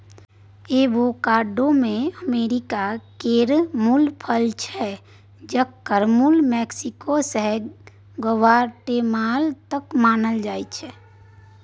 avocado America केर मुल फल छै जकर मुल मैक्सिको सँ ग्वाटेमाला तक मानल जाइ छै